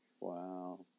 Wow